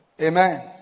amen